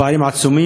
הפערים הם עצומים.